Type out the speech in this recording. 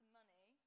money